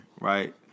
right